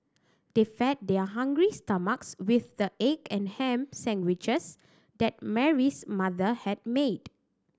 they fed their hungry stomachs with the egg and ham sandwiches that Mary's mother had made